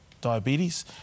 diabetes